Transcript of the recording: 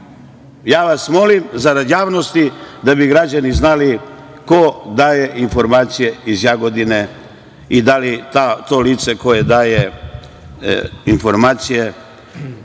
vas molim zarad javnosti, da bi građani znali ko daje informacije iz Jagodine i da li to lice koje daje informacije